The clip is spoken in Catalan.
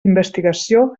investigació